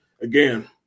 again